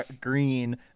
green